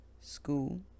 school